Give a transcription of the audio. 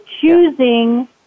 choosing